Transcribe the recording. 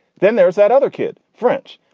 then there's that other kid. french.